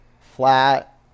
Flat